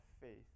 faith